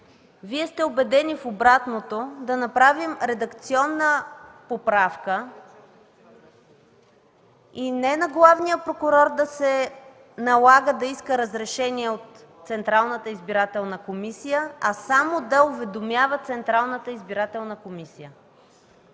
Вие сте убедени в обратното, да направим редакционна поправка и не на главния прокурор да се налага да иска разрешение от Централната избирателна комисия, а само да уведомява Централната избирателна комисия.